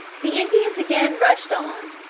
the indians again rushed on,